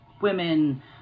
women